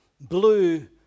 blue